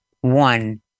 One